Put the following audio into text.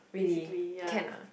really can ah